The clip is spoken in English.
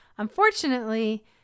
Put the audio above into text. Unfortunately